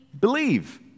Believe